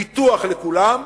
ביטוח לכולם.